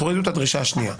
תורידו את הדרישה השנייה.